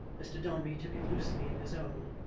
mr dombey took it loosely in his own,